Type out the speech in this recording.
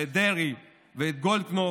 ואת דרעי ואת גולדקנופ,